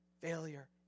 Failure